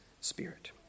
spirit